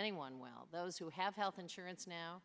anyone well those who have health insurance now